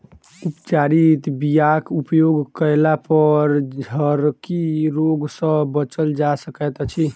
उपचारित बीयाक उपयोग कयलापर झरकी रोग सँ बचल जा सकैत अछि